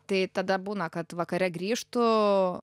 tai tada būna kad vakare grįžtu